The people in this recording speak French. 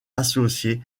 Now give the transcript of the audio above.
associé